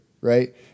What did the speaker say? right